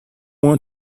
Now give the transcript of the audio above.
want